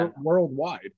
worldwide